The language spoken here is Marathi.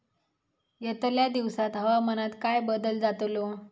यतल्या दिवसात हवामानात काय बदल जातलो?